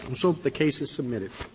um so the case is submitted.